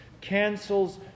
cancels